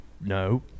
no